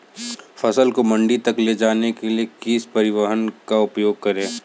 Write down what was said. फसल को मंडी तक ले जाने के लिए किस परिवहन का उपयोग करें?